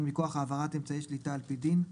מכוח העברת אמצעי שליטה על פי דין,